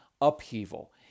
upheaval